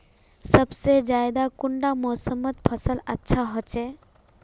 सबसे ज्यादा कुंडा मोसमोत फसल अच्छा होचे?